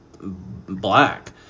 black